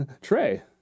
Trey